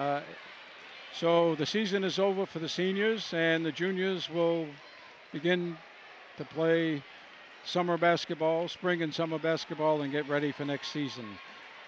two so the season is over for the seniors and the juniors will begin to play summer basketball spring and summer basketball and get ready for next season